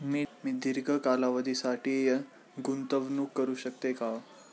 मी दीर्घ कालावधीसाठी गुंतवणूक करू शकते का?